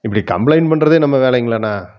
இப்படி கம்ப்ளைண்ட் பண்ணுறதே நம்ம வேலைங்களாண்ணா